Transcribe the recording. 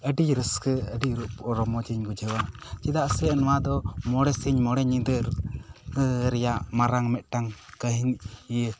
ᱟᱹᱰᱤ ᱨᱟᱹᱥᱠᱟᱹ ᱟᱹᱰᱤ ᱨᱚᱢᱚᱡ ᱤᱧ ᱵᱩᱡᱷᱟᱹᱣᱟ ᱪᱮᱫᱟᱜ ᱥᱮ ᱱᱚᱶ ᱟ ᱫᱚ ᱢᱚᱸᱬᱮ ᱥᱤᱧ ᱢᱚᱸᱬᱮ ᱧᱤᱫᱟᱹ ᱢᱟᱨᱟᱝ ᱢᱤᱫᱴᱟᱝ ᱠᱟᱦᱤ ᱤᱭᱟᱹ